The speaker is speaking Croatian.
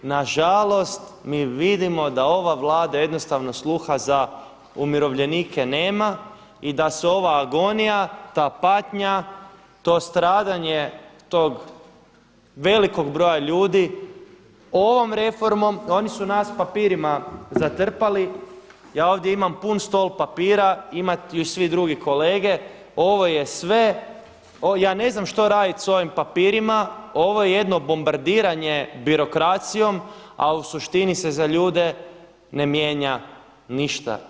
Nažalost mi vidimo da ova Vlada jednostavno sluha za umirovljenike nema i da se ova agonija, ta patnja, to stradanje tog velikog broja ljudi ovom reformom, oni su nas papirima zatrpali, ja ovdje imam pun stol papira imaju i svi drugi kolege, ovo je sve, ja ne znam što raditi sa ovim papirima, ovo je jedno bombardiranje birokracijom a u suštini se za ljude ne mijenja ništa.